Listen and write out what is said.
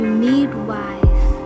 midwife